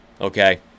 Okay